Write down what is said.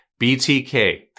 BTK